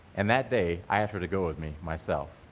and that day i asked her to go with me, myself.